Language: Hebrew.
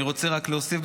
אני רוצה רק להוסיף,